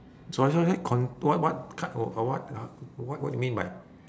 sorry sorry cont~ what what cut or or what uh what what do you mean by